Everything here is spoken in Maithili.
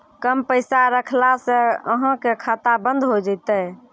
कम पैसा रखला से अहाँ के खाता बंद हो जैतै?